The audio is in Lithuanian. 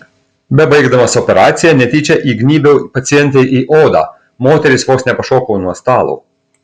bebaigdamas operaciją netyčia įgnybiau pacientei į odą moteris vos nepašoko nuo stalo